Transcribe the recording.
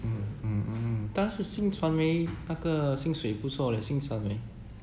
mm mm mm mm 但是新传媒那个薪水不错 leh 新传媒